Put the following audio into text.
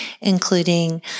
including